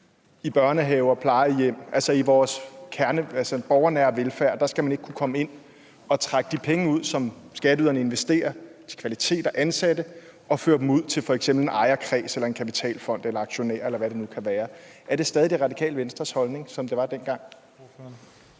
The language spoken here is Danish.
i børnehaver og på plejehjem, altså at i den borgernære velfærd skal man ikke kunne komme ind og trække de penge ud, som skatteyderne investerer i kvalitet og ansatte, og føre dem ud til f.eks. en ejerkreds eller en kapitalfond eller aktionærer, eller hvad det nu kan være? Er det stadig Det Radikale Venstres holdning, som det var dengang?